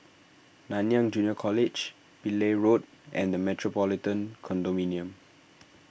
Nanyang Junior College Pillai Road and the Metropolitan Condominium